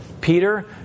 Peter